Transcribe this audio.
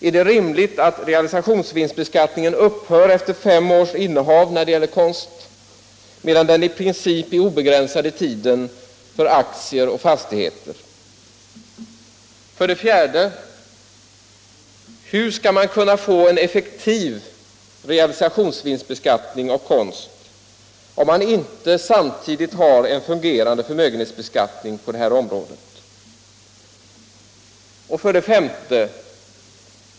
Är det rimligt att realisationsvinstbeskattningen upphör efter fem års innehav när det gäller konst medan den i princip är obegränsad i tiden för aktier och fastigheter? 4. Hur skall man kunna få en effektiv realisationsvinstbeskattning av konst om man inte samtidigt har en fungerande förmögenhetsbeskattning på det här området? S.